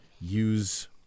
use